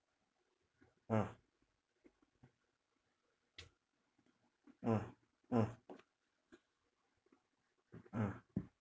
uh uh uh mm